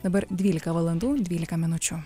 dabar dvylika valandų dvylika minučių